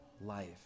life